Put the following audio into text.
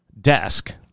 desk